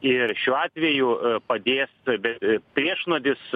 ir šiuo atveju padės bet priešnuodis